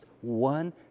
one